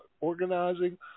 organizing